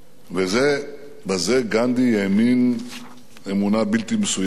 ובזה גנדי האמין אמונה בלתי מסויגת.